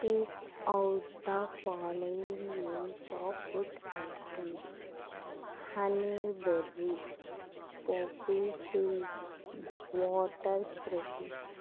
speak out the following names of food items honey berry poppy seeds watercress